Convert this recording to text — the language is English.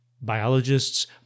biologists